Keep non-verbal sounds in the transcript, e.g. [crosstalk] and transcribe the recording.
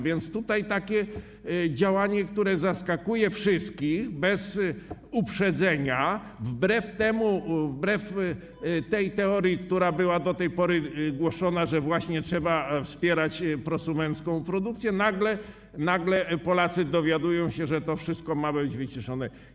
Więc tutaj jest takie działanie, które zaskakuje wszystkich, bez uprzedzenia, wbrew [noise] tej teorii, która była do tej pory głoszona, że właśnie trzeba wspierać prosumencką produkcję, bo nagle Polacy dowiadują się, że to wszystko ma być wyciszone.